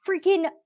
freaking